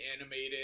animated